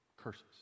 curses